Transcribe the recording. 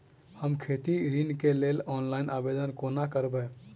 हम खेती ऋण केँ लेल ऑनलाइन आवेदन कोना करबै?